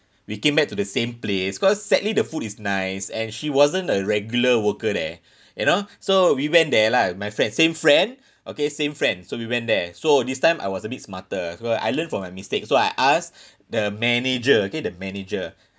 we came back to the same place cause sadly the food is nice and she wasn't a regular worker there you know so we went there lah my friend same friend okay same friend so we went there so this time I was a bit smarter so I learned from my mistake so I ask the manager K the manager